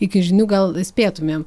iki žinių gal spėtumėm